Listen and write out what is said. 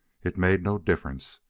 it made no difference.